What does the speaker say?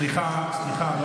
סליחה, סליחה, אני